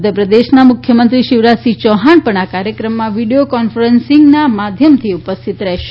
મધ્યપ્રદેશાનાં મુખ્યમંત્રી શિવરાજ સિંહ યૌહાણ પણ આ ક્રાર્યક્રમમાં વિડિયો કોન્ફરન્સીંગનાં માધ્યમથી ઉપસ્થિત રહેશે